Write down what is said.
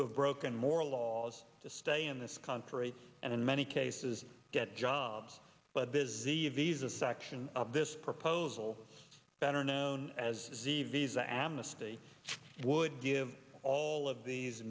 who have broken more laws to stay in this country and in many cases get jobs but busy visa section of this proposal better known as xevious that amnesty would give all of these